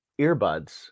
earbuds